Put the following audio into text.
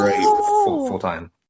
full-time